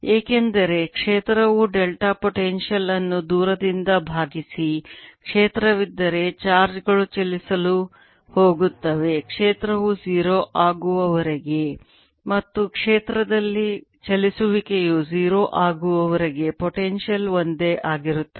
ಏಕೆಂದರೆ ಕ್ಷೇತ್ರವು delta potential ಅನ್ನು ದೂರದಿಂದ ಭಾಗಿಸಿ ಕ್ಷೇತ್ರವಿದ್ದರೆ ಚಾರ್ಜ್ ಗಳು ಚಲಿಸಲು ಹೋಗುತ್ತವೆ ಕ್ಷೇತ್ರವು 0 ಆಗುವವರೆಗೆ ಮತ್ತು ಕ್ಷೇತ್ರದಲ್ಲಿ ಚಲಿಸುವಿಕೆಯು 0 ಆಗುವವರೆಗೆ ಪೊಟೆನ್ಶಿಯಲ್ ಒಂದೇ ಆಗಿರುತ್ತದೆ